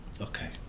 Okay